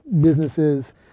businesses